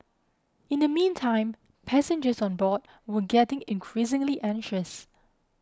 in the meantime passengers on board were getting increasingly anxious